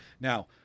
Now